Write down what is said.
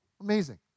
Amazing